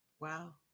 Wow